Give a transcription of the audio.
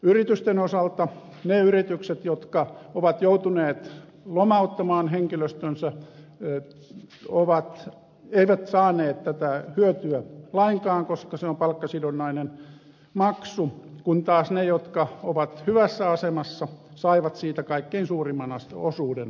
yritysten osalta ne yritykset jotka ovat joutuneet lomauttamaan henkilöstönsä eivät saaneet tätä hyötyä lainkaan koska se on palkkasidonnainen maksu kun taas ne jotka ovat hyvässä asemassa saivat siitä kaikkein suurimman osuuden